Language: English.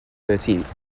thirteenth